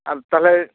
ᱟᱫᱚ ᱛᱟᱦᱚᱞᱮ